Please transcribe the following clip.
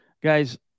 Guys